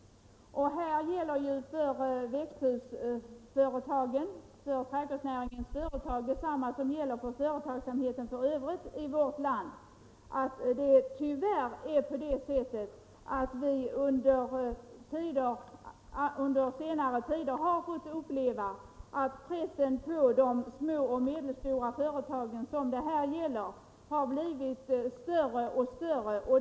Härvid gäller ju samma regler för trädgårdsnäringens företag som för företagsamheten i övrigt i vårt land. Det är tyvärr på det sättet, att vi under senare tider har fått uppleva att pressen på de små och medelstora företag som det här gäller har blivit värre och värre.